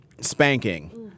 spanking